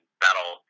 that'll